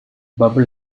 bubble